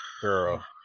girl